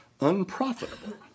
unprofitable